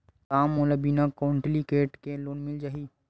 का मोला बिना कौंटलीकेट के लोन मिल जाही?